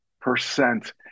percent